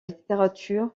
littérature